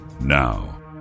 Now